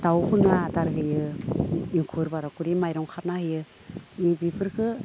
दाउफोरनो आदार होयो एंखुर माबाफोरनि माइरं खारना होयो बेफोरखौ